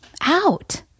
Out